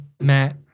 Matt